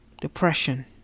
depression